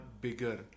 bigger